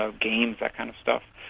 ah games, that kind of stuff.